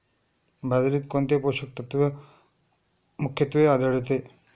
बाजरीत कोणते पोषक तत्व मुख्यत्वे आढळते?